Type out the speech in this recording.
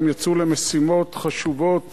הם יצאו למשימות חשובות